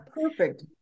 perfect